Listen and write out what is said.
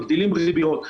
מגדילים ריביות,